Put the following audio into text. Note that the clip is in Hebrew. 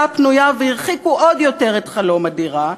הפנויה והרחיקו עוד יותר את חלום הדירה.